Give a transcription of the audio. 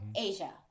Asia